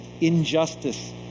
injustice